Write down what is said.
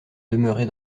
demeurer